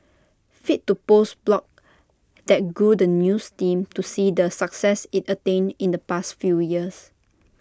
fit to post blog that grew the news team to see the success IT attained in the past few years